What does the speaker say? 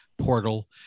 Portal